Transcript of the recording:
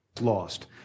Lost